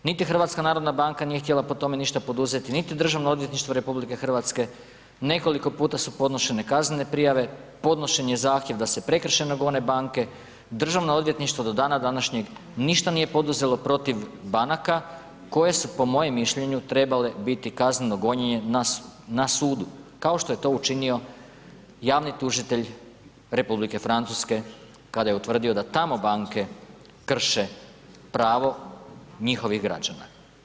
Niti HNB nije htjela po tome ništa poduzeti, niti DORH, nekoliko puta su podnošene kaznene prijave, podnesen je zahtjev da se prekršajno gone banke, državno odvjetništvo do dana današnjeg ništa nije poduzelo protiv banaka koje su po mojem mišljenju trebale biti kazneno gonjene na sudu, kao što je to učinio javni tužitelj Republike Francuske kada je utvrdio da tamo banke krše pravo njihovih građana.